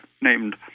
named